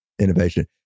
innovation